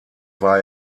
war